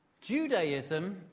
Judaism